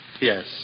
Yes